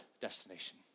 destination